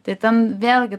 tai ten vėlgi